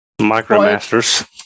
MicroMasters